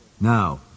Now